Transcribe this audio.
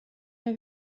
der